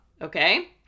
okay